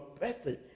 person